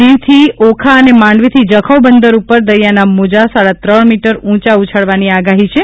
દિવથી ઓખા અને માંડવીથી જખૌ બંદર ઉપર દરિયાના મોજા સાડાત્રણ મીટર ઉંચા ઉછળવાની આગાહી છે